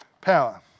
power